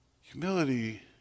Humility